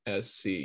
SC